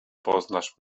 poznasz